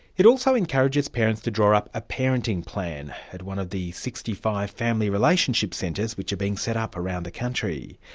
it also encourages parents to draw up a parenting plan, at one of the sixty five family relationship centres which are being set up around the country.